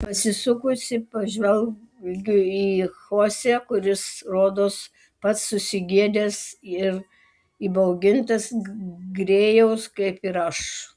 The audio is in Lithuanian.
pasisukusi pažvelgiu į chosė kuris rodos pats susigėdęs ir įbaugintas grėjaus kaip ir aš